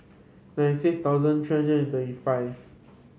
ninety six thousand three hundred and thirty five